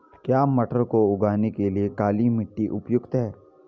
क्या मटर को उगाने के लिए काली मिट्टी उपयुक्त है?